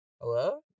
hello